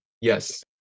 Yes